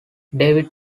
david